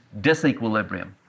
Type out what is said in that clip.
disequilibrium